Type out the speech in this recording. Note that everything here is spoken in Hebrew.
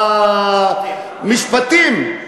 המשפטים,